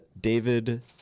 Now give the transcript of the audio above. david